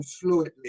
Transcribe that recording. fluently